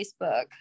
Facebook